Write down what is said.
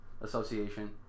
Association